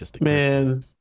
Man